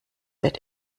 wird